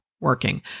working